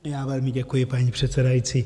Já velmi děkuji, paní předsedající.